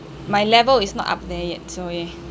my level is not up there yet so yeah